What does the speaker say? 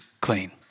clean